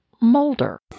Mulder